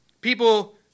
People